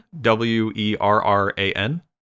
w-e-r-r-a-n